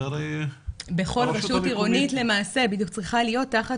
זה הרי --- בכל רשות עירונית צריכה להיות תחת